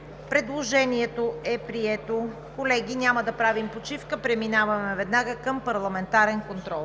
Предложението е прието. Колеги, няма да правим почивка и веднага преминаваме към парламентарния контрол.